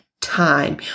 time